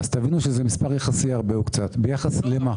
תבינו שזה מספר יחסי הרבה או קצת ביחס למה.